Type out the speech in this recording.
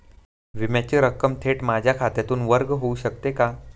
विम्याची रक्कम थेट माझ्या खात्यातून वर्ग होऊ शकते का?